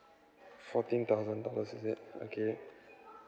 fourteen thousand dollars is it okay